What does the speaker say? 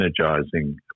energizing